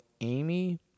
Amy